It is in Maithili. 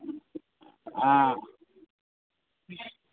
हाँ